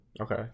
Okay